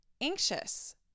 anxious